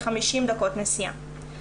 כ-50 דקות נסיעה.